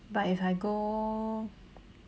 but if I go